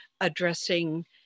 addressing